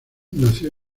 nació